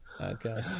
Okay